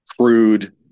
crude